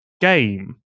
game